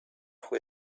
who